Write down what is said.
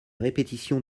répétition